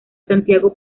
santiago